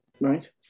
Right